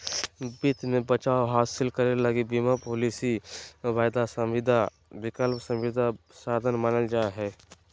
वित्त मे बचाव हासिल करे लगी बीमा पालिसी, वायदा संविदा, विकल्प संविदा साधन मानल जा हय